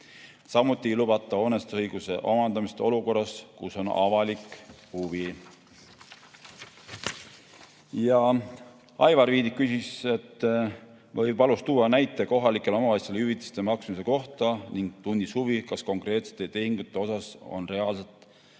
Samuti ei lubata hoonestusõiguse omandamist olukorras, kus on avalik huvi. Aivar Viidik küsis või palus tuua näite kohalikele omavalitsustele hüvitiste maksmise kohta. Ta tundis huvi, kas konkreetsete tehingute puhul on reaalselt